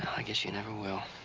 i guess you never will.